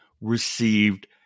received